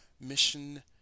mission